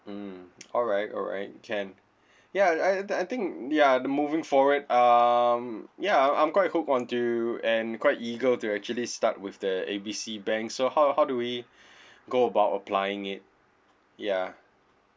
mm alright alright can ya I I think ya moving forward um ya I'm I'm quite hooked onto and quite eager to actually start with the A B C bank so how how do we go about applying it ya